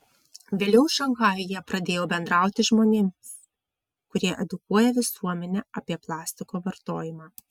vėliau šanchajuje pradėjau bendrauti žmonėmis kurie edukuoja visuomenę apie plastiko vartojimą